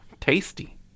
tasty